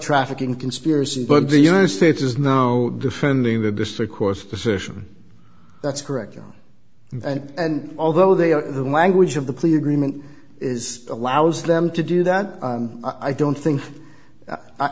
trafficking conspiracy but the united states is now defending the district court's decision that's correct and although they are the language of the plea agreement is allows them to do that i don't think